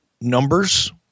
numbers